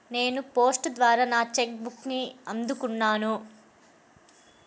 నేను పోస్ట్ ద్వారా నా చెక్ బుక్ని అందుకున్నాను